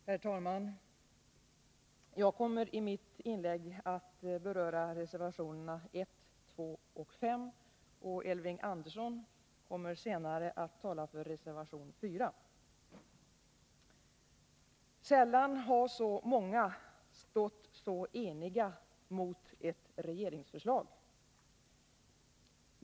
Herr talman! Jag kommer i mitt inlägg att beröra reservationerna 1, 2 och 5, och Elving Andersson kommer senare att tala för reservation 4. Sällan har så många stått så eniga mot ett regeringsförslag.